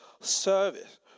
service